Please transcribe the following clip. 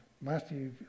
Matthew